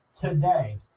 today